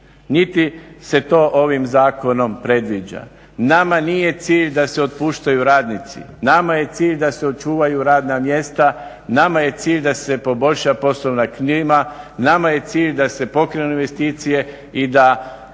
niti se to ovim Zakonom predviđa. Nama nije cilj da se otpuštaju radnici, nama je cilj da se očuvaju radna mjesta, nama je cilj da se poboljša poslovna klima, nama je cilj da se pokrenu investicije i da